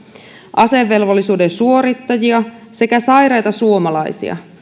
asevelvollisuuden suorittajia sekä sairaita suomalaisia